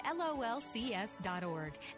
lolcs.org